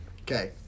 Okay